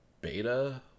beta